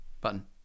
button